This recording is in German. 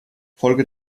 folge